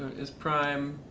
is prime.